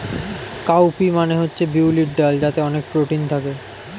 cow P মানে হচ্ছে বিউলির ডাল যাতে অনেক প্রোটিন থাকে